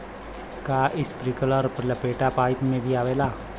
का इस्प्रिंकलर लपेटा पाइप में भी आवेला?